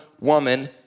woman